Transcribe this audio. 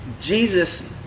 Jesus